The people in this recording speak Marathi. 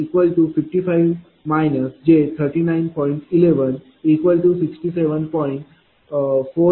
7955 j39